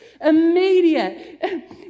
Immediate